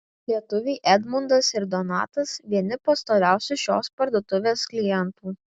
lietuviai edmundas ir donatas vieni pastoviausių šios parduotuvės klientų